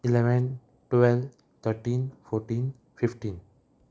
eleven twelve thirteen fourteen fifteen